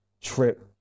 trip